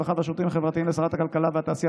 הרווחה והשירותים החברתיים לשרת הכלכלה והתעשייה,